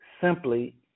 simply